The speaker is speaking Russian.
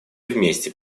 вместе